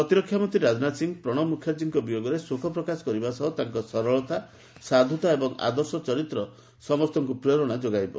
ପ୍ରତିରକ୍ଷା ମନ୍ତ୍ରୀ ରାଜନାଥ ସିଂହ ପ୍ରଣବ ମୁଖାର୍ଜୀଙ୍କ ବିୟୋଗରେ ଶୋକ ପ୍ରକାଶ କରିବା ସହ ତାଙ୍କ ସରଳତା ସାଧୁତା ଏବଂ ଆଦର୍ଶ ଚରିତ୍ର ସମସ୍ତଙ୍କୁ ପ୍ରେରଣା ଯୋଗାଇବ